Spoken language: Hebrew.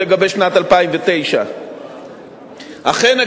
לגבי שנת 2009. אכן,